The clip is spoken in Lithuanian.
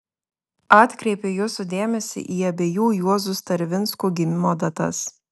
atkreipiu jūsų dėmesį į abiejų juozų stravinskų gimimo datas